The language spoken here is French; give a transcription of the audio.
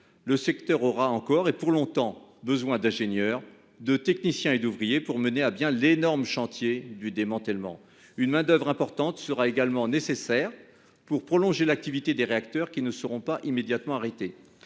Le secteur aura encore, et pour longtemps, besoin d'ingénieurs, de techniciens et d'ouvriers pour mener à bien l'énorme chantier du démantèlement. Une main-d'oeuvre importante sera également nécessaire pour prolonger l'activité des réacteurs qui ne seront pas immédiatement arrêtés.